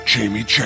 Jamie